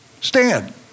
Stand